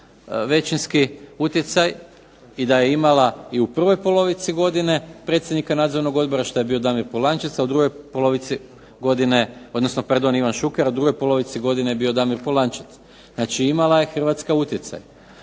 većinski utjecaj i da je imala i u prvoj polovici godine predsjednica nadzornog odbora, što je bio Damir Polančec, a u drugoj polovici godine, odnosno pardon Ivan Šuker, a u drugoj polovici godine je bio Damir Polančec. Znači, imala je Hrvatska utjecaj.